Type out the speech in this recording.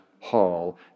hall